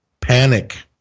Panic